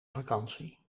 vakantie